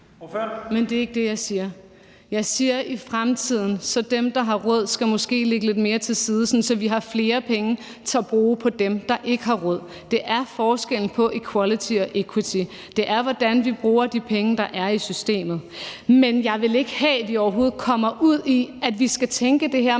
Men det er ikke det, jeg siger. Jeg siger, at i fremtiden skal dem, der har råd, måske lægge lidt mere til side, sådan at vi har flere penge til at bruge på dem, der ikke har råd. Det er forskellen på equality og equity. Det er, hvordan vi bruger de penge, der er i systemet. Men jeg vil ikke have, vi overhovedet kommer ud i, at vi skal tænke det her,